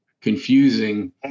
confusing